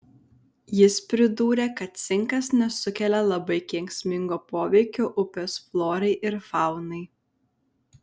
jis pridūrė kad cinkas nesukelia labai kenksmingo poveikio upės florai ir faunai